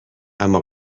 اما